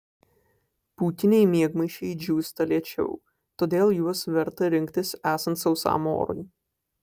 pūkiniai miegmaišiai džiūsta lėčiau todėl juos verta rinktis esant sausam orui